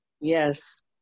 Yes